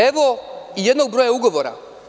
Evo i jednog broja ugovora.